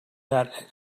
that